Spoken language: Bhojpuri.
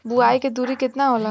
बुआई के दुरी केतना होला?